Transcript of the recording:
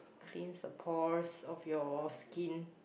cleans the pores of your skin